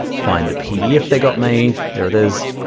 find the pdf that got made, there it is,